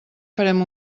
farem